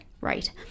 right